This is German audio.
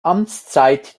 amtszeit